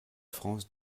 france